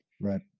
Right